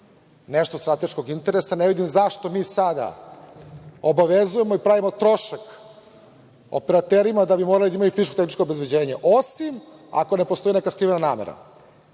nešto od strateškog interesa. Ne vidim zašto mi sada obavezujemo i pravimo trošak operaterima da moraju da imaju fizičko-tehničko obezbeđenje, osim ako ne postoji neka skrivena namera,